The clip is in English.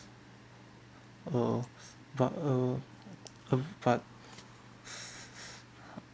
uh but uh uh but